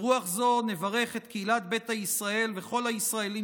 ברוח זו נברך את קהילת ביתא ישראל ואת כל הישראלים